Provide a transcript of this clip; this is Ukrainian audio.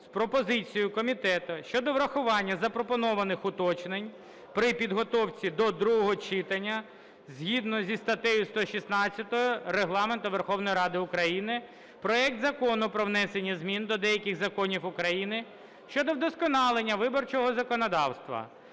з пропозицією комітету щодо врахування запропонованих уточнень при підготовці до другого читання згідно зі статтею 116 Регламенту Верховної Ради України проект Закону про внесення змін до деяких законів України щодо вдосконалення виборчого законодавства